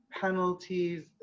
penalties